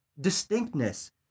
distinctness